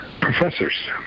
professors